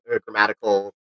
grammatical